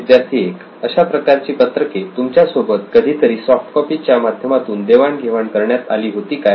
विद्यार्थी 1 अशा प्रकारची पत्रके तुमच्यासोबत कधीतरी सॉफ्टकॉपी च्या माध्यमातून देवाण घेवाण करण्यात आली होती काय